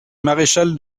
maréchal